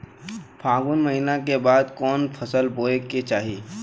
फागुन महीना के बाद कवन फसल बोए के चाही?